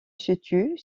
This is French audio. situe